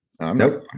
Nope